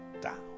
down